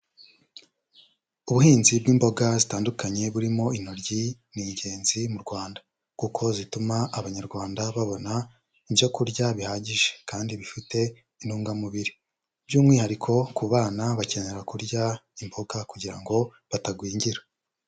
Ubuhinzi bw'imboga zitandukanye burimo intoryi ni ingenzi mu Rwanda, kuko zituma Abanyarwanda babona ibyo kurya bihagije kandi bifite intungamubiri, by'umwihariko ku bana bakenera kurya imboga kugira ngo batagwingira.